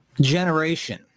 generation